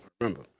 Remember